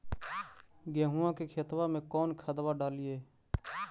गेहुआ के खेतवा में कौन खदबा डालिए?